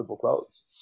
clothes